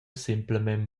semplamein